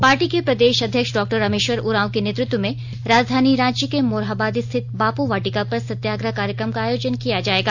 party के प्रदेश अध्यक्ष डॉ रामेश्वर उरांव के नेतृत्व में राजधानी रांची के मोरहाबादी स्थित बापू वाटिका पर सत्याग्रह कार्यक्रम का आयोजन किया जायेगा